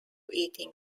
eating